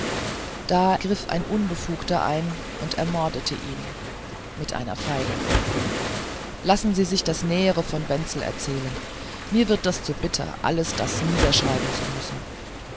da griff ein unberufener ein und ermordete ihn mit einer feile lassen sie sich das nähere von wenzel erzählen mir wird es zu bitter alles das niederschreiben zu müssen